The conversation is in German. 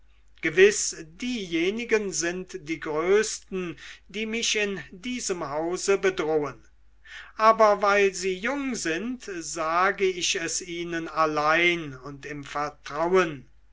gewiß diejenigen sind die größten die mich in diesem hause bedrohen aber weil sie jung sind sage ich es ihnen allein und im vertrauen